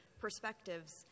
perspectives